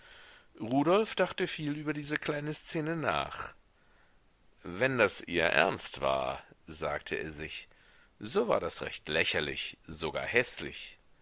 rudolf dachte viel über diese kleine szene nach wenn das ihr ernst war sagte er sich so war das recht lächerlich sogar häßlich